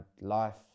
life